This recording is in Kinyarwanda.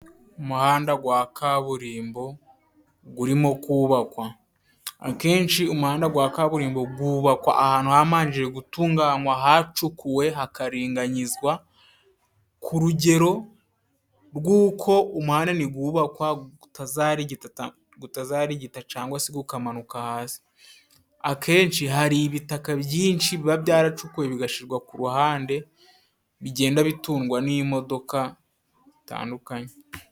Umuhanda gwa kaburimbo gurimo kubakwa. Akenshi umuhanda gwa kaburimbo gubakwa ahantu hamanjije gutunganywa hacukuwe hakaringanyizwa, ku rugero rw'uko umunanda nigubakwa gutazarigita, gutazarigita cyangwa se gukamanuka hasi. Akenshi hari ibitaka byinshi biba byaracukuwe bigashyirwa ku ruhande, bigenda bitundwa n'imodoka zitandukanye.